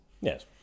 yes